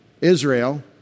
Israel